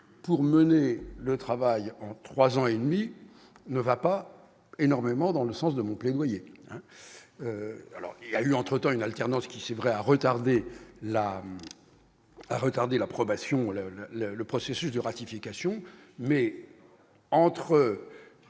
pour mener le travail en 3 ans et demi ne va pas énormément dans le sens de mon plaidoyer alors il y a eu entre-temps une alternance qui, c'est vrai, a retardé la à retarder l'approbation la le processus de ratification mais entre